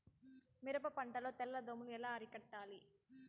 మిరప పంట లో తెల్ల దోమలు ఎలా అరికట్టాలి?